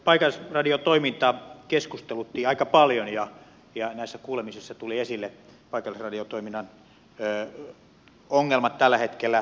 paikallisradiotoiminta keskustelutti aika paljon ja näissä kuulemisissa tulivat esille paikallisradiotoiminnan ongelmat tällä hetkellä